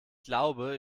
glaube